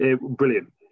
Brilliant